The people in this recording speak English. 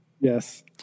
Yes